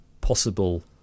possible